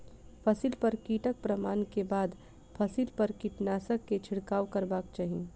फसिल पर कीटक प्रमाण के बाद फसिल पर कीटनाशक के छिड़काव करबाक चाही